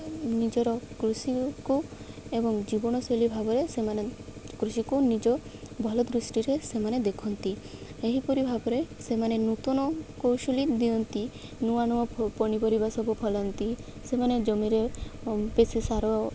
ନିଜର କୃଷିକୁ ଏବଂ ଜୀବନଶୈଳୀ ଭାବରେ ସେମାନେ କୃଷିକୁ ନିଜ ଭଲ ଦୃଷ୍ଟିରେ ସେମାନେ ଦେଖନ୍ତି ଏହିପରି ଭାବରେ ସେମାନେ ନୂତନ କୌଶଳୀ ଦିଅନ୍ତି ନୂଆ ନୂଆ ପନିପରିବା ସବୁ ଫଳାନ୍ତି ସେମାନେ ଜମିରେ ବେଶି ସାର